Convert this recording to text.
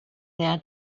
there